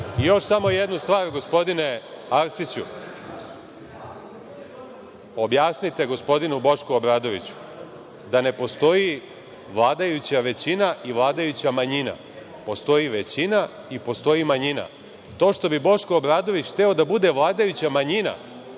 samo jednu stvar, gospodine Arsiću, objasnite gospodinu Bošku Obradoviću da ne postoji vladajuća većina i vladajuća manjina. Postoji većina i postoji manjina. To što bi Boško Obradović hteo da bude vladajuća manjina